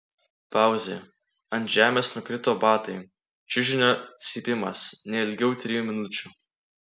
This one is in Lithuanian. pauzė ant žemės nukrito batai čiužinio cypimas ne ilgiau trijų minučių